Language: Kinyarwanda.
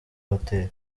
hoteli